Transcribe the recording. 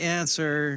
answer